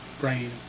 brain